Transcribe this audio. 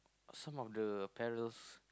some of the apparels